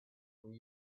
were